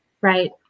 Right